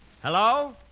Hello